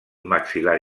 maxil·lar